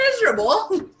miserable